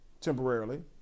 temporarily